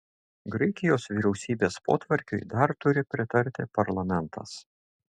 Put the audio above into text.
graikijos vyriausybės potvarkiui dar turi pritarti parlamentas